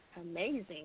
amazing